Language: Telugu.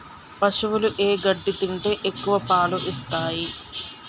పశువులు ఏ గడ్డి తింటే ఎక్కువ పాలు ఇస్తాయి?